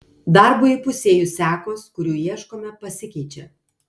darbui įpusėjus sekos kurių ieškome pasikeičia